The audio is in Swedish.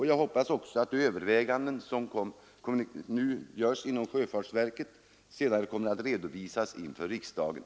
Jag hoppas också att de överväganden som nu görs i sjöfartsverket senare kommer att redovisas inför riksdagen.